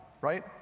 right